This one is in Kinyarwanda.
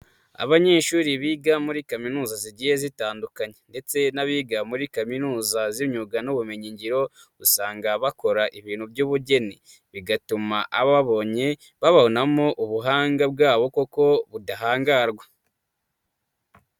Abanyeshuri biga muri kaminuza zigiye zitandukanye ndetse n'abiga muri kaminuza z'imyuga n'ubumenyi ngiro ,usanga bakora ibintu by'ubugeni bigatuma ababonye bababonamo ubuhanga bwabo kuko budahangarwa.